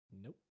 Nope